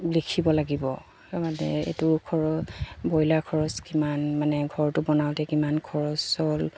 লিখিব লাগিব মানে এইটো ব্ৰইলাৰ খৰচ কিমান মানে ঘৰটো বনাওঁতে কিমান খৰচ হ'ল